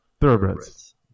Thoroughbreds